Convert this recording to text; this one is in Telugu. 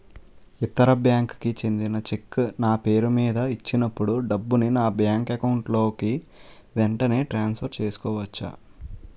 ఇతర బ్యాంక్ కి చెందిన చెక్ నా పేరుమీద ఇచ్చినప్పుడు డబ్బుని నా బ్యాంక్ అకౌంట్ లోక్ వెంటనే ట్రాన్సఫర్ చేసుకోవచ్చా?